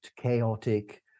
chaotic